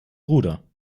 bruder